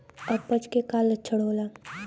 अपच के का लक्षण होला?